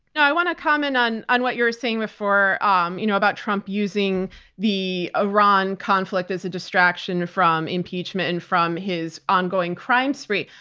i want to comment on on what you're saying before um you know about trump using the iran conflict as a distraction from impeachment and from his ongoing crime spree.